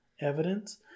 evidence